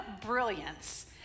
brilliance